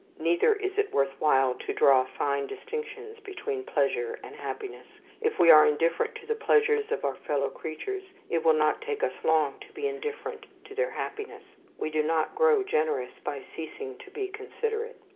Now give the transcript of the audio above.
neither is it worth while to draw fine distinctions between pleasure and happiness. if we are indifferent to the pleasures of our fellow creatures, it will not take us long to be indifferent to their happiness. we do not grow generous by ceasing to be considerate.